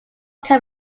can